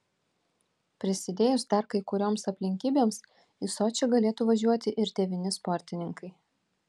prisidėjus dar kai kurioms aplinkybėms į sočį galėtų važiuoti ir devyni sportininkai